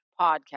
podcast